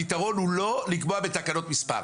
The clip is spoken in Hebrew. הפיתרון הוא לא לקבוע מספר בתקנות.